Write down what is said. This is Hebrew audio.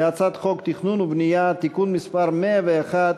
הצעת חוק התכנון והבנייה (תיקון מס' 101),